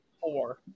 four